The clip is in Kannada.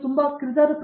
ಪ್ರತಾಪ್ ಹರಿಡೋಸ್ ಸರಿ